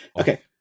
Okay